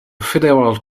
federal